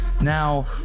Now